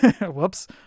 Whoops